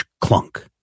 clunk